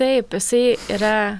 taip jisai yra